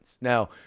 now